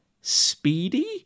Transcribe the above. Speedy